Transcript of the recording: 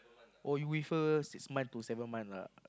oh you with her six month to seven months lah